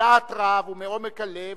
בלהט רב ומעומק הלב